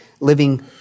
living